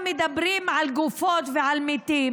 אם מדברים על גופות ועל מתים,